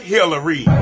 Hillary